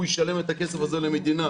הוא ישלם את הכסף הזה למדינה.